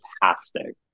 fantastic